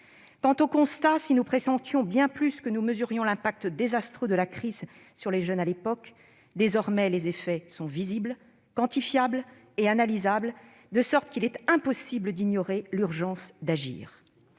Quant aux constats, si nous pressentions- bien plus que nous ne mesurions ! -l'impact désastreux de la crise sur les jeunes à l'époque, les effets sont désormais visibles, quantifiables et analysables, de telle sorte qu'il est impossible d'ignorer l'urgence d'agir.